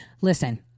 listen